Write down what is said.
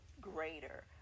greater